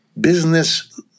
business